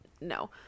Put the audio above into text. no